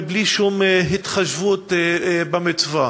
בלי שום התחשבות במצווה.